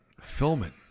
filming